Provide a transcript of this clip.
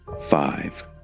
five